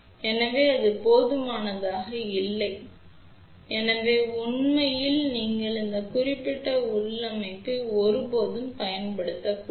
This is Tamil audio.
எனவே இது போதுமானதாக இல்லை எனவே உண்மையில் நீங்கள் இந்த குறிப்பிட்ட உள்ளமைவை ஒருபோதும்பயன்படுத்தக்கூடாது